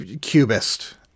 cubist